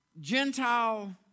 Gentile